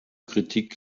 kritik